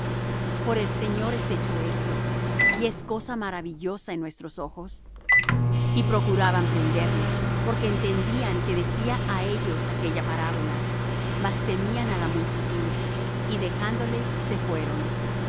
por el señor es hecho esto y es cosa maravillosa en nuestros ojos y procuraban prenderle porque entendían que decía á ellos aquella parábola mas temían á la multitud y dejándole se fueron